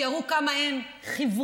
שיראו כמה הם חיוורים,